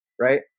right